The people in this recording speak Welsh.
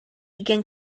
ugain